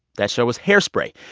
that show was hairspray.